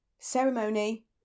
ceremony